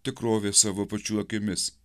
tikrovės savo pačių akimis